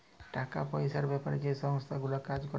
টাকা পয়সার বেপারে যে সংস্থা গুলা কাজ ক্যরে